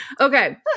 Okay